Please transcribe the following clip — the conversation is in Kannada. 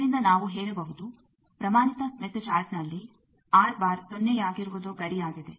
ಇದರಿಂದ ನಾವು ಹೇಳಬಹುದು ಪ್ರಮಾಣಿತ ಸ್ಮಿತ್ ಚಾರ್ಟ್ನಲ್ಲಿ ಸೊನ್ನೆಯಾಗಿರುವುದು ಗಡಿಯಾಗಿದೆ